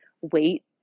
wait